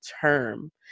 term